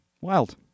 Wild